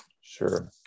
sure